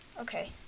Okay